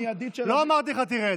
לא אמרתי לך: תרד,